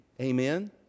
Amen